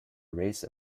race